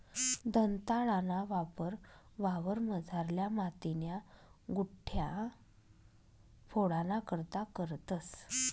दंताळाना वापर वावरमझारल्या मातीन्या गुठया फोडाना करता करतंस